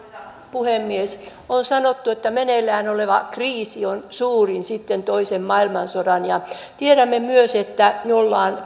puhemies on sanottu että meneillään oleva kriisi on suurin sitten toisen maailmansodan ja tiedämme myös että me olemme